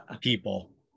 people